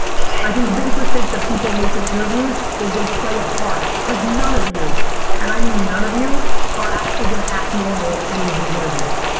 yeah i think the biggest mistake that people make in interviews is they play a part. like none of you and i mean none of you are actually gonna act normal in any of these interviews.